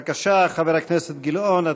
בבקשה, חבר הכנסת גילאון.